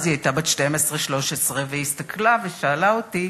אז היא היתה בת 12, 13, והיא הסתכלה ושאלה אותי: